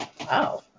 Wow